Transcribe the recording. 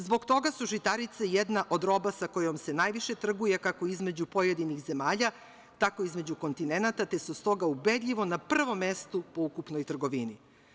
Zbog toga su žitarice jedna od roba sa kojom se najviše trguje kako između pojedinih zemalja, tako i između kontinenata, te su stoga ubedljivo na prvom mestu u ukupnoj trgovini.